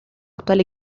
actual